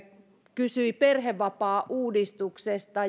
kysyi perhevapaauudistuksesta